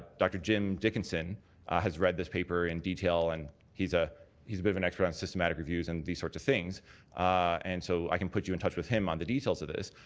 dr. jim dickinson has read this paper in detail and he's ah a bit of an expert on systematic reviews and these sorts of things and so i can put you in touch with him on the details of this.